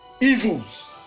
evils